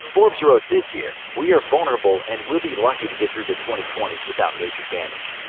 forbes wrote this year, we are vulnerable, and we'll be lucky to get through the twenty twenty s without major damage.